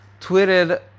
tweeted